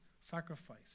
sacrifice